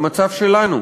במצב שלנו,